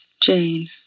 Jane